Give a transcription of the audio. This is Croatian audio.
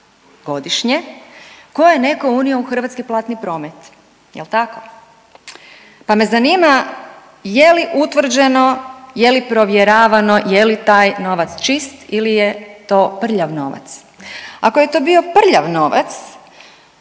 godišnje koje je neko unio u hrvatski platni promet, jel tako, pa me zanima je li utvrđeno, je li provjeravano, je li taj novac čist ili je to prljav novac? Ako je to bio prljav novac